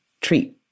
treat